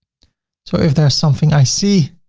so if there's something i see,